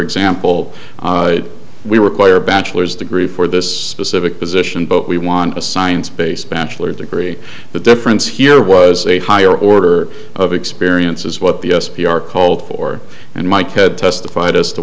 example we require a bachelor's degree for this specific position but we want a science based bachelor degree the difference here was a higher order of experience is what the s p r called for and mike had testified as to